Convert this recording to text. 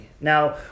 Now